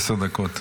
עשר דקות.